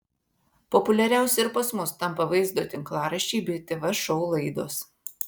populiariausi ir pas mus tampa vaizdo tinklaraščiai bei tv šou laidos